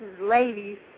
ladies